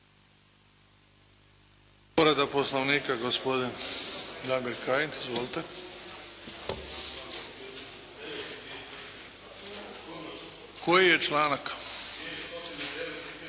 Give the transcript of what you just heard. Koji je članak?